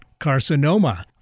carcinoma